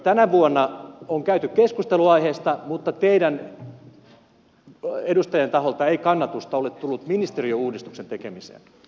tänä vuonna on käyty keskustelua aiheesta mutta teidän edustajienne taholta ei kannatusta ole tullut ministeriöuudistuksen tekemiseen